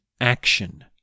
action